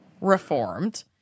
reformed